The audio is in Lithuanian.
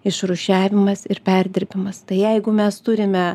išrūšiavimas ir perdirbimas tai jeigu mes turime